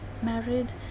married